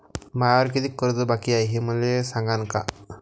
मायावर कितीक कर्ज बाकी हाय, हे मले सांगान का?